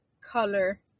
color